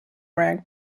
rank